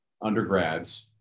undergrads